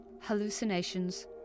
hallucinations